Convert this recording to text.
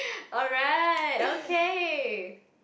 alright okay